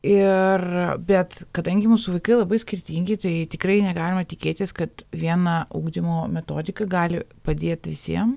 ir bet kadangi mūsų vaikai labai skirtingi tai tikrai negalima tikėtis kad viena ugdymo metodika gali padėt visiem